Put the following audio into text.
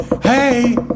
hey